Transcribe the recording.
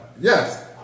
Yes